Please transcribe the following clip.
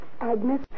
Agnes